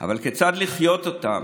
אבל כיצד לחיות אותם,